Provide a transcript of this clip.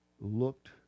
looked